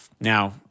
Now